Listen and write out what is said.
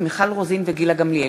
חמד עמאר,